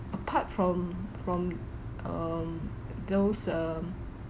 apart from from um those um